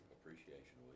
Appreciation